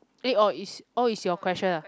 eh all is all is your question ah